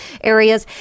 areas